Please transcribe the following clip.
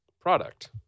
product